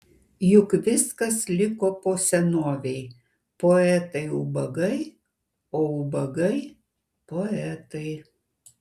juk viskas liko po senovei poetai ubagai o ubagai poetai